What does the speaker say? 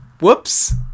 Whoops